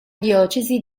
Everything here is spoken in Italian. diocesi